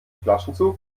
flaschenzug